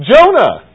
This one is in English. Jonah